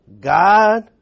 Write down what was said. God